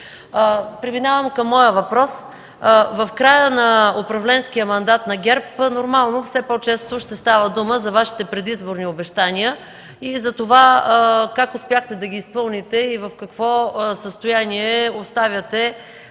Преминавам към моя въпрос. В края на управленския мандат на ГЕРБ нормално все по-често ще става дума за Вашите предизборни обещания и за това как успяхте да ги изпълните и в какво състояние оставяте